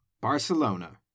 Barcelona